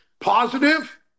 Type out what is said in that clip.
positive